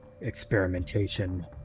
experimentation